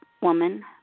woman